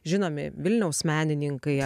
žinomi vilniaus menininkai